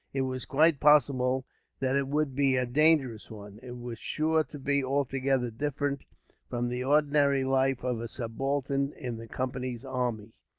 it was quite possible that it would be a dangerous one. it was sure to be altogether different from the ordinary life of a subaltern in the company's army.